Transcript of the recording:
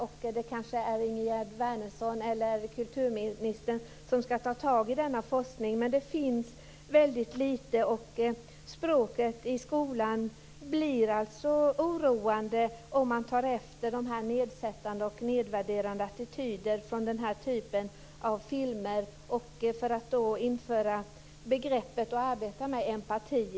Det kanske är Ingegerd Wärnersson eller kulturministern som ska ta tag i denna forskning. Det finns väldigt lite. Språket i skolan blir oroande om man tar efter nedsättande och nedvärderande attityder från den här typen av filmer. Man kunde införa begreppet empati att arbeta med i skolan.